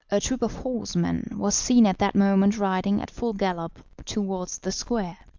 a troop of horsemen was seen at that moment riding at full gallop towards the square.